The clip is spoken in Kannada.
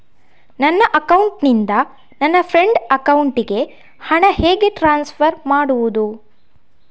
ನನ್ನ ಅಕೌಂಟಿನಿಂದ ನನ್ನ ಫ್ರೆಂಡ್ ಅಕೌಂಟಿಗೆ ಹಣ ಹೇಗೆ ಟ್ರಾನ್ಸ್ಫರ್ ಮಾಡುವುದು?